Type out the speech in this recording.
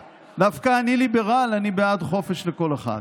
אני לא רוצה להיכנס לנושא הזה.